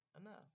enough